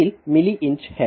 मील milli inch है